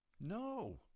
no